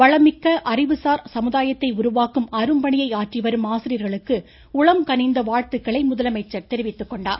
வளமிக்க அறிவுசார் சமுதாயத்தை உருவாக்கும் அரும்பணியை ஆற்றிவரும் ஆசிரியர்களுக்கு உளம் கனிந்த வாழ்த்துக்களை தெரிவித்துக்கொண்டுள்ளார்